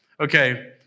Okay